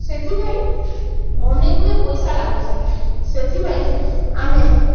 ସେଥିପାଇଁ ଅନେକଗୁଡ଼ିଏ ପଇସା ଲାଗୁଚି ସେଥିପାଇଁ ଆମେ